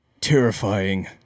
terrifying